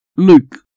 Luke